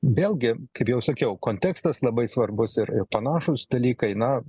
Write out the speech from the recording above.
vėlgi kaip jau sakiau kontekstas labai svarbus ir ir panašūs dalykai na